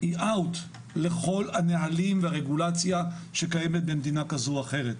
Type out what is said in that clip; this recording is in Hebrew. out לכל הנהלים והרגולציה שקיימים במדינה כזו או אחרת.